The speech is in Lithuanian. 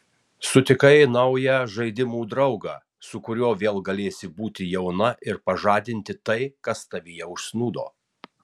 sutikai naują žaidimų draugą su kuriuo vėl galėsi būti jauna ir pažadinti tai kas tavyje užsnūdo